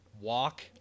walk